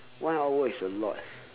one hour is a lot